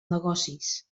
negocis